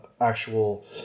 actual